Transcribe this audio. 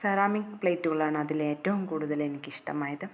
ceramic പ്ലേറ്റുകളാണ് അതിൽ ഏറ്റവും കൂടുതൽ എനിക്കിഷ്ടമായത്